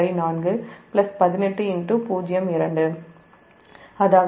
2 அதாவது 1803